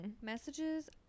Messages